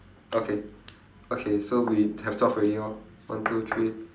okay okay so we have twelve already lor one two three